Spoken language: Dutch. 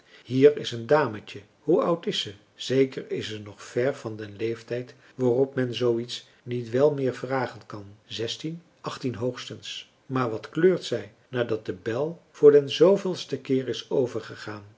hier is een dametje hoe oud is ze zeker is ze nog ver van den leeftijd waarop men zoo iets niet wel meer vragen kan zestien achttien hoogstens maar wat kleurt zij nadat de bel voor den zveelsten keer is overgegaan